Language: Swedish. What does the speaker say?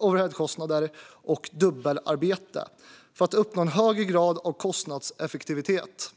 overheadkostnader och dubbelarbete för att uppnå högre kostnadseffektivitet.